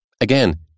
Again